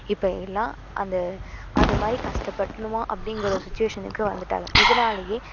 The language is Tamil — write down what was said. இப்போ எல்லாம் அந்த அது மாதிரி கஷ்டப்பட்டு பண்ணணுமா அப்படிங்கிற சுச்சுவேஷனுக்கு வந்துவிட்டாங்க இதனாலையே